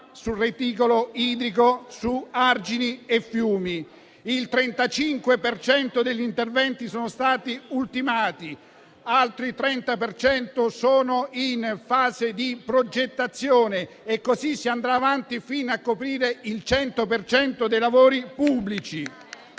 sul reticolo idrico, su argini e fiumi. Il 35 per cento degli interventi è stato ultimato, il 30 per cento è in fase di progettazione e così si andrà avanti fino a coprire il 100 per cento dei lavori pubblici.